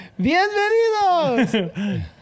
Bienvenidos